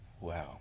Wow